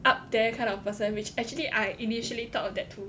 up there kind of person which actually I initially thought of that too